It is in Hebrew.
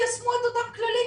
תיישמו את אותם כללים,